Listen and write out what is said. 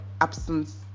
absence